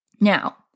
Now